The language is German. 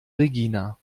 regina